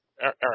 Eric